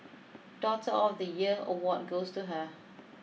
daughter of the year award goes to her